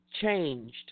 changed